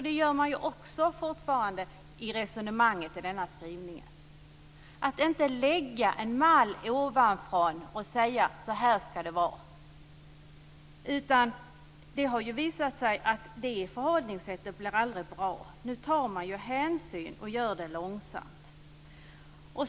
Det tar man också hänsyn till i resonemanget i den här skrivelsen. Man ska inte lägga en mall ovanifrån och säga att så här ska det vara. Det har ju visat sig att det förhållningssättet aldrig blir bra. Nu tar man hänsyn och gör det långsamt.